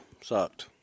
Sucked